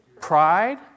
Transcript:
pride